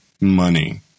money